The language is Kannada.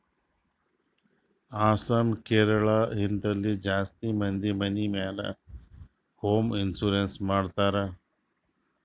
ಅಸ್ಸಾಂ, ಕೇರಳ, ಹಿಂತಲ್ಲಿ ಜಾಸ್ತಿ ಮಂದಿ ಮನಿ ಮ್ಯಾಲ ಹೋಂ ಇನ್ಸೂರೆನ್ಸ್ ಮಾಡ್ತಾರ್